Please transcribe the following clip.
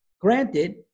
granted